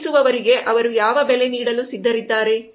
ಅರ್ಪಿಸುವವರಿಗೆ ಅವರು ಯಾವ ಬೆಲೆ ನೀಡಲು ಸಿದ್ಧರಿದ್ದಾರೆ